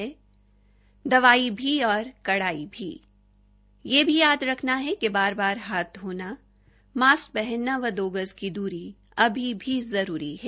दवाई भी और कड़ाई भी यह भी याद रखना है कि बार बार हाथ धोना मास्क पहनना व दो गज की दूरी अभी भी जरूरी है